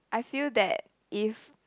I feel that if